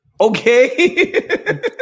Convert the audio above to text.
Okay